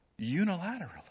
unilaterally